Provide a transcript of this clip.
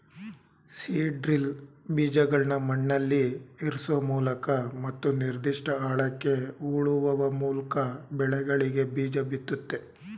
seed drill ಬೀಜಗಳ್ನ ಮಣ್ಣಲ್ಲಿಇರ್ಸೋಮೂಲಕ ಮತ್ತು ನಿರ್ದಿಷ್ಟ ಆಳಕ್ಕೆ ಹೂಳುವಮೂಲ್ಕಬೆಳೆಗಳಿಗೆಬೀಜಬಿತ್ತುತ್ತೆ